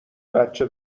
بچه